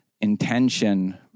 intention